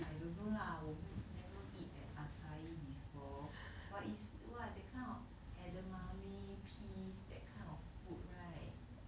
I don't know lah 我没有 never eat at acai before but is what that kind of edamame peas that kind of food right